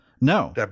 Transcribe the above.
No